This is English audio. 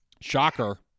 Shocker